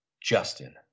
Justin